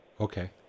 Okay